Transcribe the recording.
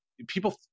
people